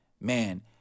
man